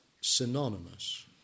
synonymous